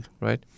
right